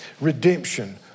redemption